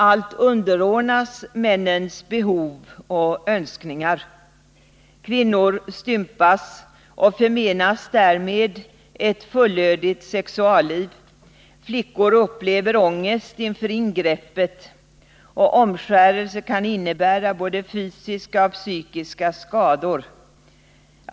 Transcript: Allt underordnas männens behov och önskningar. Kvinnor stympas och förmenas därmed ett fullödigt sexualliv. Flickor upplever ångest inför ingreppet. Omskärelse medför alltså både fysiska och psykiska skador.